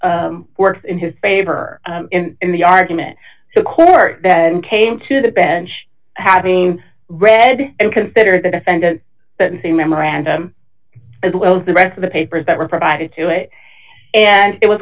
s works in his favor in the argument the court then came to the bench having read and consider the defendant and the memorandum as well as the rest of the papers that were provided to it and it was